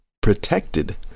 protected